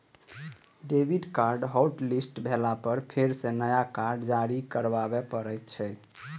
debit card hotlist भेला पर फेर सं नया कार्ड जारी करबे पड़ै छै